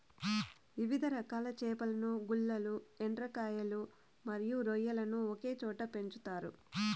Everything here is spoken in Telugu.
వివిధ రకాల చేపలను, గుల్లలు, ఎండ్రకాయలు మరియు రొయ్యలను ఒకే చోట పెంచుతారు